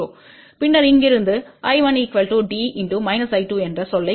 பின்னர் இங்கிருந்து I1 D என்ற சொல்லைக்கூறலாம்